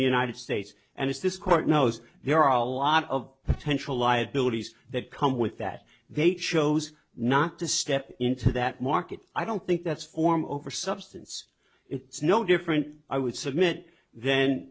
the united states and it's this court knows there are a lot of potential liabilities that come with that they chose not to step into that market i don't think that's form over substance it's no different i would submit then